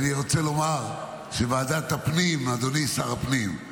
אני רוצה לומר שוועדת הפנים, אדוני שר הפנים,